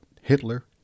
Hitler